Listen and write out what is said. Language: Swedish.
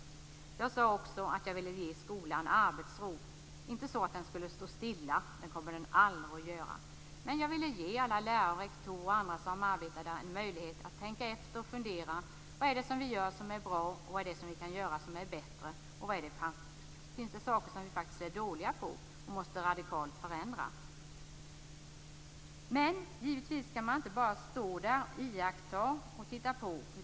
Jag sade också att jag ville ge skolan arbetsro. Det var inte så att den skulle stå stilla. Det kommer den aldrig att göra. Men jag ville ge alla rektorer, lärare och andra som arbetar där en möjlighet att tänka efter och fundera på vad det är man gör som är bra, vad är det man gör som kan göras bättre och om det finns saker som man faktiskt är dålig på och som man radikalt måste förändra. Men givetvis kan man inte bara stå där, iaktta och titta på.